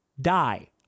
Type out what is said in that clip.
die